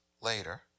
later